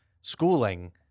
schooling